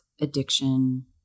addiction